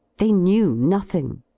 they knew nothing.